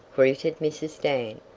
greeted mrs. dan,